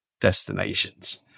destinations